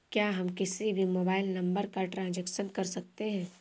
क्या हम किसी भी मोबाइल नंबर का ट्रांजेक्शन कर सकते हैं?